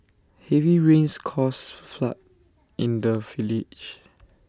heavy rains caused flood in the village